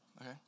okay